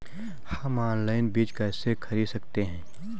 हम ऑनलाइन बीज कैसे खरीद सकते हैं?